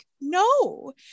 no